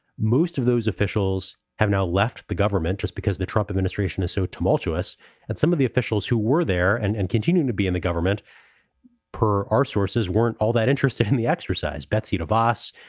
most of those officials have now left the government just because the trump administration is so tumultuous that and some of the officials who were there and and continued to be in the government per our sources, weren't all that interested in the exercise. betsy de vos,